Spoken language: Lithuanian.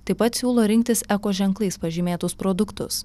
taip pat siūlo rinktis eko ženklais pažymėtus produktus